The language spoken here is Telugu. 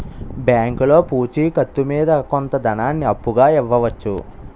బ్యాంకులో పూచి కత్తు మీద కొంత ధనాన్ని అప్పుగా ఇవ్వవచ్చు